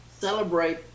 celebrate